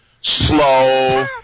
slow